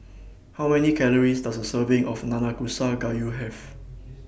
How Many Calories Does A Serving of Nanakusa Gayu Have